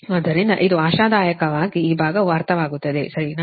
ಆದ್ದರಿಂದ ಇದು ಆಶಾದಾಯಕವಾಗಿ ಈ ಭಾಗವು ಅರ್ಥವಾಗುತ್ತದೆ ಸರಿನಾ